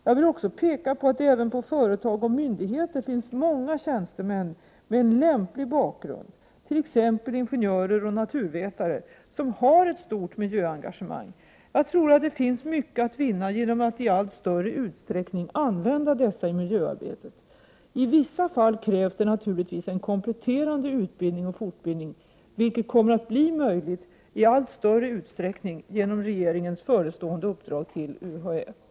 Jag vill också peka på att det även på företag och myndigheter finns många tjänstemän med en lämplig bakgrund, t.ex. ingenjörer och naturvetare, som har ett stort miljöengagemang. Jag tror det finns mycket att vinna genom att i allt större utsträckning använda dessa i miljöarbetet. I vissa fall krävs det naturligtvis en kompletterande utbildning och forbildning, vilket kommer att bli möjligt i allt större utsträckning genom regeringens förestående uppdrag till UHA.